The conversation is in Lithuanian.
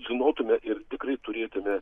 žinotume ir tikrai turėtume